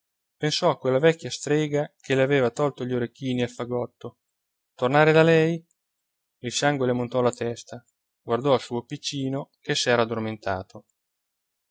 pensò a quella vecchia strega che le aveva tolto gli orecchini e il fagotto tornare da lei il sangue le montò alla testa guardò il suo piccino che s'era addormentato